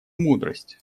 мудрость